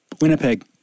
Winnipeg